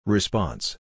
Response